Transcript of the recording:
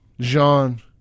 Jean